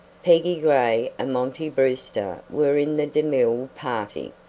peggy gray and monty brewster were in the demille party.